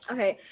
Okay